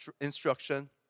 instruction